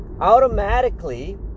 automatically